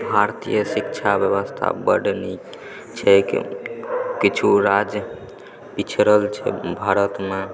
भारतीय शिक्षा व्यवस्था बड्ड नीक छैक किछु राज्य पिछड़ल छै भारतमे